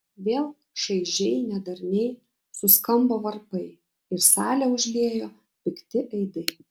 vėl šaižiai nedarniai suskambo varpai ir salę užliejo pikti aidai